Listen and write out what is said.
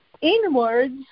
inwards